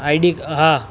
ID હા